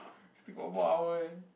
still got one more hour eh